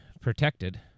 protected